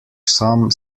some